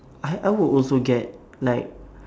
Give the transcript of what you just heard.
I I would also get like